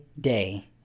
day